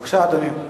בבקשה, אדוני.